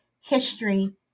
history